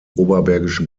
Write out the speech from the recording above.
oberbergischen